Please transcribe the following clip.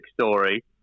story